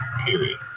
period